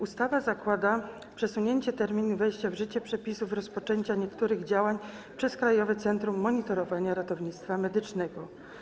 Ustawa zakłada też przesunięcie terminu wejścia w życie przepisów dotyczących rozpoczęcia niektórych działań przez Krajowe Centrum Monitorowania Ratownictwa Medycznego.